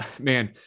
Man